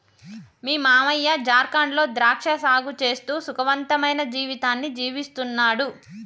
మీ మావయ్య జార్ఖండ్ లో ద్రాక్ష సాగు చేస్తూ సుఖవంతమైన జీవితాన్ని జీవిస్తున్నాడు